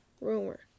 Rumor